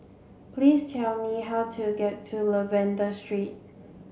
please tell me how to get to Lavender Street